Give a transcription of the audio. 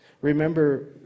Remember